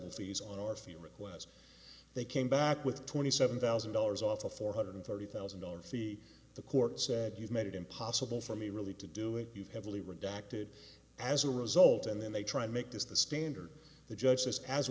fees on our few requests they came back with twenty seven thousand dollars off a four hundred thirty thousand dollars fee the court said you've made it impossible for me really to do it you've heavily redacted as a result and then they try to make this the standard the judge this as a